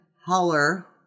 holler